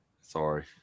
Sorry